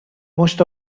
most